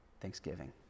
thanksgiving